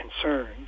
concerns